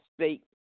state